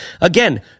Again